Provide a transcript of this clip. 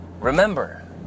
remember